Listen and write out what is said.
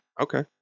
Okay